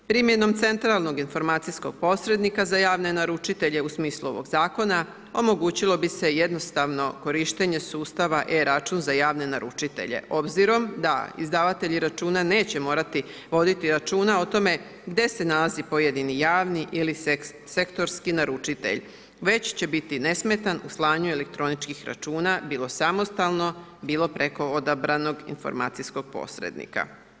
Primjenom centralnog informacijskog posrednika za javne naručitelje u smislu ovog zakona, omogućilo bi se jednostavno korištenje sustava e-račun za javne naručitelje obzirom da izdavatelji računa neće morati voditi računa gdje se nalazi pojedini javni ili sektori naručitelj već će biti nesmetan u slanju elektroničkih računa bilo samostalno bilo preko odabranog informacijskog posrednika.